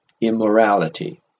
immorality